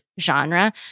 genre